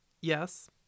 Yes